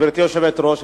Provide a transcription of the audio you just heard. גברתי היושבת-ראש,